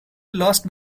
lost